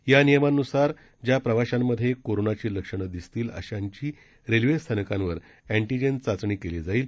या नियमांन्सार ज्या प्रवाशांमधे कोरोनाची लक्षणं दिसतील अशांची रेल्वे स्थानकांवर अँटीजेन चाचणी केली जाईल